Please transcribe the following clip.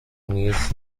mwiza